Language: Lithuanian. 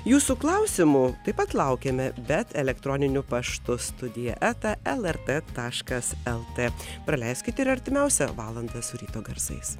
jūsų klausimo taip pat laukiame bet elektroniniu paštu studija eta lrt taškas lt praleiskit ir artimiausią valandą su ryto garsais